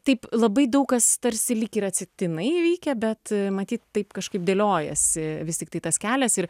taip labai daug kas tarsi lyg ir atsitiktinai įvykę bet matyt taip kažkaip dėliojasi vis tiktai tas kelias ir